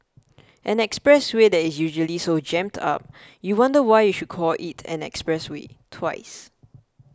an expressway that is usually so jammed up you wonder why you should call it an expressway twice